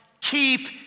keep